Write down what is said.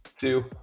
two